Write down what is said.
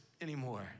anymore